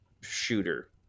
shooter